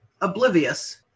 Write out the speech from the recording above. oblivious